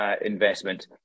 investment